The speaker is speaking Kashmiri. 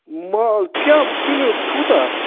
مال کیاہ کَمیُک کوٗتاہ